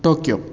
Tokyo